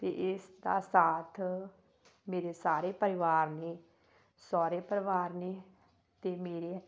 ਅਤੇ ਇਸਦਾ ਦਾ ਸਾਥ ਮੇਰੇ ਸਾਰੇ ਪਰਿਵਾਰ ਨੇ ਸਹੁਰੇ ਪਰਿਵਾਰ ਨੇ ਅਤੇ ਮੇਰੇ